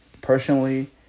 personally